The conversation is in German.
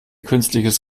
künstliches